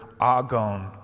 agon